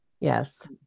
Yes